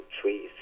trees